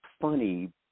funny